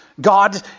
God